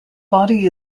body